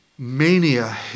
mania